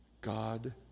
God